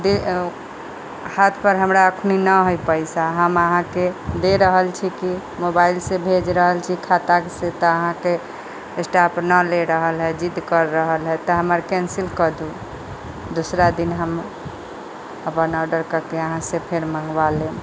हाथ पर अखनी ना है पैसा हम आहाँके दे रहल छी की मोबाइलसे भेज रहल छी खाता से आहाँके स्टाफ ना ले रहल है जिद्द कर रहल है तैं हमर कैंसिल कऽ दू दूसरा दिन हम अपन ऑर्डर करके आहाँ से फेर मंगबा लेब